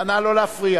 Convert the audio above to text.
נא לא להפריע,